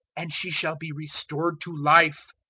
and she shall be restored to life.